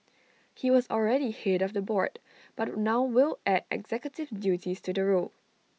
he was already Head of the board but now will add executive duties to the role